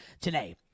today